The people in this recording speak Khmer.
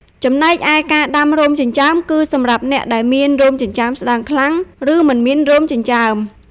ចំណែកឯ ការដាំរោមចិញ្ចើម គឺសម្រាប់អ្នកដែលមានរោមចិញ្ចើមស្តើងខ្លាំង ឬមិនមានរោមចិញ្ចើម។